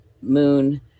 moon